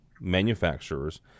manufacturers